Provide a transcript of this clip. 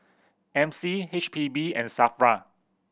M C H P B and SAFRA